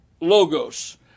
Logos